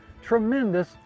tremendous